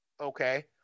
Okay